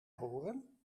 horen